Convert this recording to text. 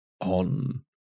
on